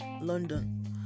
London